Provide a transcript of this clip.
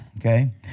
okay